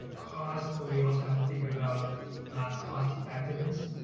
ah cost, but we also have to think about cost effectiveness